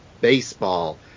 baseball